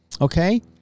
Okay